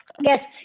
yes